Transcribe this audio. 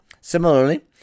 Similarly